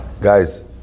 Guys